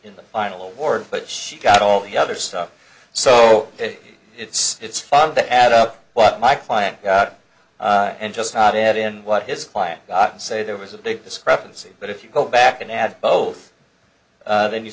in the final award but she got all the other stuff so it's it's fun to add up what my client got and just not in what his client got and say there was a big discrepancy but if you go back and add both then you